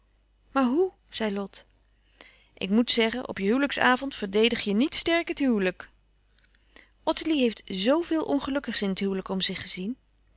maar hoè zei lot ik moet zeggen op je huwelijksavond verdedig je niet sterk het huwelijk ottilie heeft zo veel ongelukkigs in het huwelijk om zich gezien